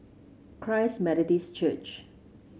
Christ Methodist Church